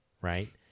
right